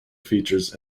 features